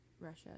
Russia